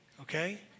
okay